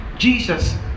Jesus